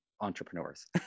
entrepreneurs